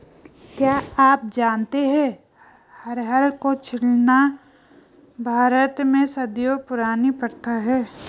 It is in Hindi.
क्या आप जानते है अरहर को छीलना भारत में सदियों पुरानी प्रथा है?